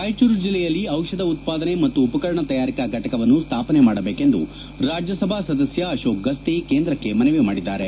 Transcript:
ರಾಯಚೂರು ಜಿಲ್ಲೆಯಲ್ಲಿ ದಿಷಧ ಉತ್ತಾದನೆ ಮತ್ತು ಉಪಕರಣ ತಯಾರಿಕಾ ಘಟಕವನ್ನು ಸ್ನಾಪನೆ ಮಾಡಬೇಕೆಂದು ರಾಜ್ಯಸಭಾ ಸದಸ್ಕ ಅಶೋಕ್ ಗಸ್ತಿ ಕೇಂದ್ರಕ್ಕೆ ಮನವಿ ಮಾಡಿದ್ದಾರೆ